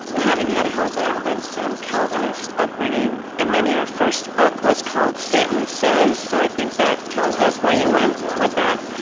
having had a hellfire and brimstone calvinist upbringing. and then your first book was called satan says. so i think that tells us where you went with that.